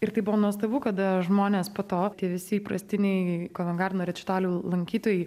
ir tai buvo nuostabu kada žmonės po to visi įprastiniai kovengardeno rečitalių lankytojai